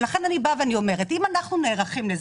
לכן אני אומרת שאם אנחנו נערכים לזה,